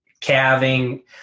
calving